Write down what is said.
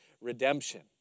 redemption